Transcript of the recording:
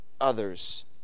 others